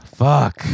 Fuck